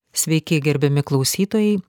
sveiki gerbiami klausytojai